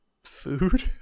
Food